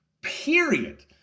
period